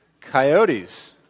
Coyotes